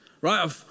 right